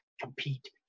compete